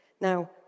Now